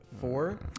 four